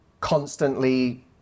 constantly